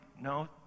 no